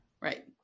Right